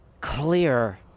clear